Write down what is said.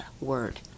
word